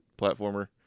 platformer